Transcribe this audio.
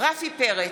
רפי פרץ,